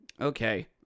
Okay